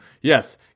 yes